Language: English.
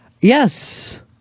yes